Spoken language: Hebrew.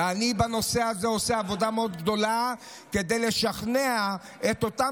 ואני בנושא הזה עושה עבודה מאוד גדולה כדי לשכנע את אותן